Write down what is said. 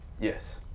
Yes